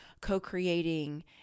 co-creating